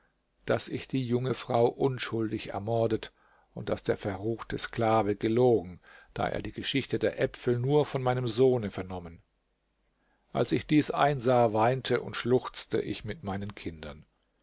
daß ich die junge frau unschuldig ermordet und daß der verruchte sklave gelogen da er die geschichte der äpfel nur von meinem sohne vernommen als ich dies einsah weinte und schluchzte ich mit meinen kindern